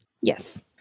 Yes